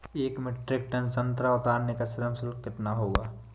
एक metric ton संतरा उतारने का श्रम शुल्क कितना होगा?